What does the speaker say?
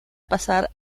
pasar